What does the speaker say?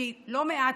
כי לא מעט,